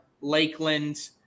Lakeland